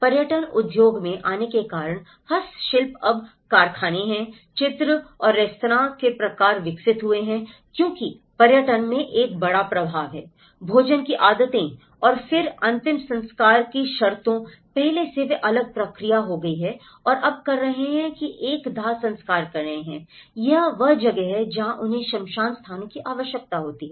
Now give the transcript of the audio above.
पर्यटन उद्योग में आने के कारण हस्तशिल्प अब कारखाने हैं चित्र और रेस्तरां के प्रकार विकसित हुए हैं क्योंकि पर्यटन में एक बड़ा प्रभाव है भोजन की आदतों और फिर अंतिम संस्कार की शर्तों पहले वे एक अलग प्रक्रिया और अब कर रहे थे वे एक दाह संस्कार कर रहे हैं यह वह जगह है जहां उन्हें श्मशान स्थानों की आवश्यकता होती है